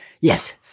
Yes